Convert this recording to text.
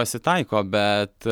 pasitaiko bet